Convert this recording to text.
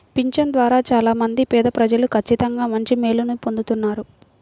పింఛను ద్వారా చాలా మంది పేదప్రజలు ఖచ్చితంగా మంచి మేలుని పొందుతున్నారు